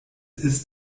ist